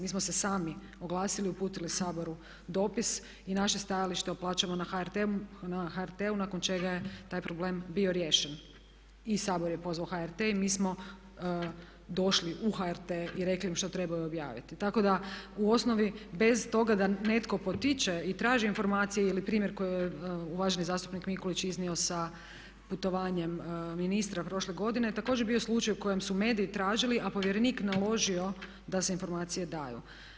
Mi smo se sami oglasili, uputili Saboru dopis i naše stajalište o plaćama na HRT-u nakon čega je taj problem bio riješen i Sabor je pozvao HRT i mi smo došli u HRT i rekli što trebaju objaviti, tako da u osnovi bez toga da netko potiče i traži informacije ili primjer koji je uvaženi zastupnik Mikulić iznio sa putovanjem ministra prošle godine, također je bio slučaj u kojem su mediji tražili a povjerenik naložio da se informacije daju.